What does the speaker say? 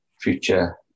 future